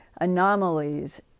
anomalies